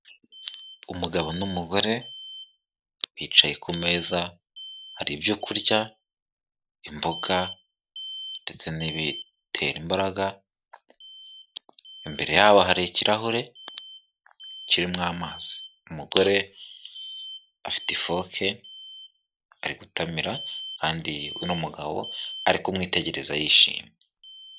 Umugabo n'umugore, bicaye ku meza, hari ibyo kurya imboga ndetse n'ibitera imbaraga, imbere yabo hari ikirahure kiririmo amazi, umugore afite ifoke ari gutamira kandi we numugabo ari kumwitegereza yishimye.